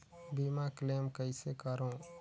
बीमा क्लेम कइसे करों?